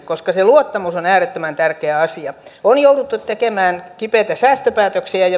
koska se luottamus on äärettömän tärkeä asia on jouduttu tekemään kipeitä säästöpäätöksiä ja ja